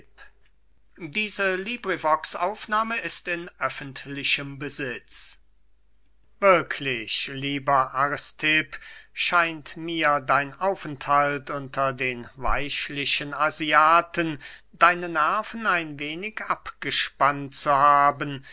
xl kleonidas an aristipp wirklich lieber aristipp scheint mir dein aufenthalt unter den weichlichen asiaten deine nerven ein wenig abgespannt zu haben